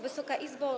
Wysoka Izbo!